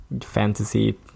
fantasy